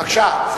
בבקשה.